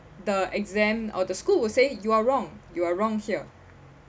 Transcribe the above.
the exam or the school will say you are wrong you are wrong here